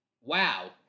Wow